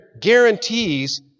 guarantees